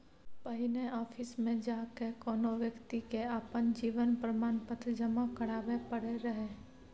पहिने आफिसमे जा कए कोनो बेकती के अपन जीवन प्रमाण पत्र जमा कराबै परै रहय